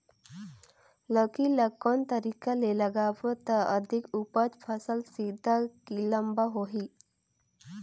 लौकी ल कौन तरीका ले लगाबो त अधिक उपज फल सीधा की लम्बा होही?